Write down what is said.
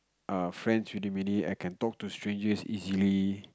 err friends I can talk to strangers easily